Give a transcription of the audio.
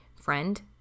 Friend